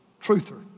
truther